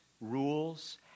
rules